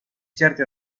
certi